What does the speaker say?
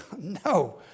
no